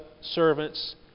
servants